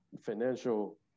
financial